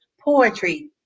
poetry